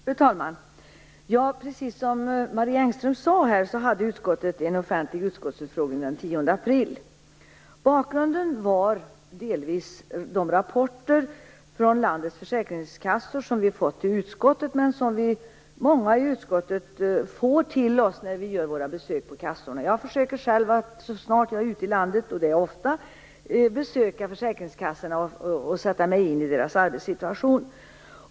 Fru talman! Precis som Marie Engström sade, hade utskottet en offentlig utskottsutfrågning den 10 april. Bakgrunden var delvis de rapporter från landets försäkringskassor som vi fått till utskottet. Många av oss i utskottet får även dessa rapporter när vi gör våra besök på kassorna. Jag försöker själv att så snart jag är ute i landet, och det är jag ofta, besöka försäkringskassorna och sätta mig in i deras arbetssituation.